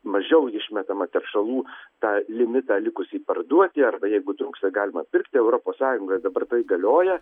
mažiau išmetama teršalų tą limitą likusį parduoti arba jeigu trūksta galima pirkti europos sąjungoj dabar tai galioja